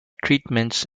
treatments